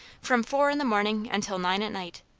from four in the morning until nine at night.